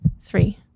three